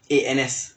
eh N_S